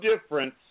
difference